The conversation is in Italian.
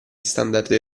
standard